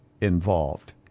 involved